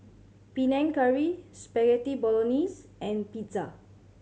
Panang Curry Spaghetti Bolognese and Pizza